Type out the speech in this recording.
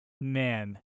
man